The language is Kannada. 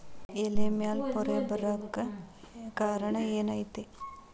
ಎಲೆ ಮ್ಯಾಲ್ ಪೊರೆ ಬರಾಕ್ ಕಾರಣ ಏನು ಐತಿ?